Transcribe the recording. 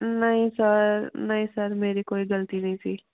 ਨਹੀਂ ਸਰ ਨਹੀਂ ਸਰ ਮੇਰੀ ਕੋਈ ਗਲਤੀ ਨਹੀਂ ਸੀ